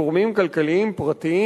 גורמים כלכליים פרטיים,